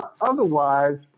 Otherwise